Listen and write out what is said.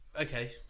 Okay